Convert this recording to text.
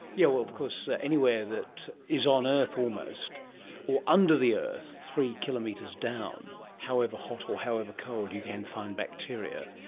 you know of course anywhere that is on earth almost or under the earth, three kilometres down, however hot or however cold you can find bacteria.